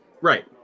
Right